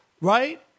right